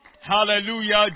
Hallelujah